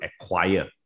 acquire